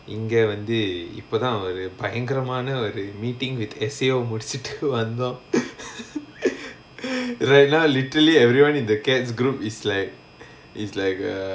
இங்க வந்து இப்போ தான் ஒரு பயங்கரமான ஒரு:inga vanthu ippo thaan oru bayangaramaana oru meeting with S_A_O வ முடிச்சிட்டு வந்தோ:va mudichitu vantho right now literally everyone in the cats group is like is like err